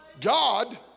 God